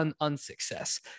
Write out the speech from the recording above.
unsuccess